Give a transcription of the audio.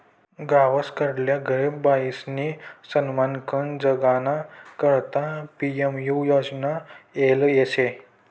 गावसकडल्या गरीब बायीसनी सन्मानकन जगाना करता पी.एम.यु योजना येल शे